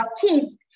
kids